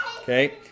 Okay